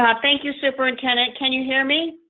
ah thank you, superintendent. can you hear me?